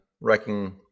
wrecking